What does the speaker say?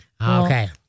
Okay